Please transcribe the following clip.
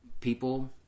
people